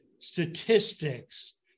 statistics